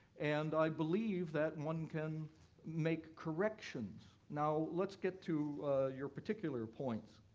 and i believe that one can make corrections. now let's get to your particular point.